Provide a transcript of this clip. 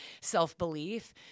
self-belief